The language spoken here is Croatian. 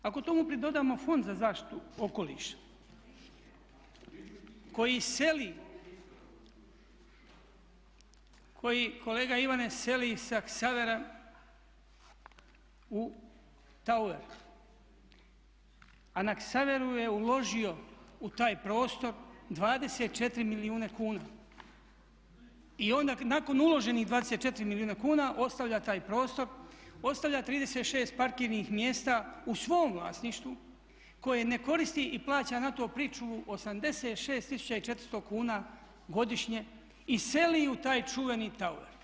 Ako tomu pridodamo Fond za zaštitu okoliša koji seli, koji kolega Ivane seli sa Ksavera u tower, a na Ksaveru je uložio u taj prostor 24 milijuna kuna i onda nakon uloženih 24 milijuna kuna ostavlja taj prostor, ostavlja 36 parkirnih mjesta u svom vlasništvu koje ne koristi i plaća na to pričuvu 86400 kuna godišnje i seli u taj čuveni tower.